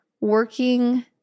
working